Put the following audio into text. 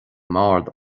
mbord